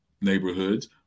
neighborhoods